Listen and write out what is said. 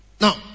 Now